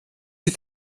die